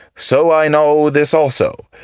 so i know this also,